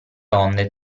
onde